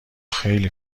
خیلی